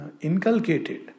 inculcated